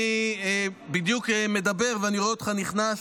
אני בדיוק מדבר ורואה אותך נכנס,